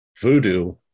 voodoo